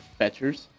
fetchers